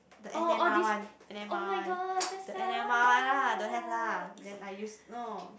the N_M_R one N_M_R one the N_M_R one lah don't have lah then I use no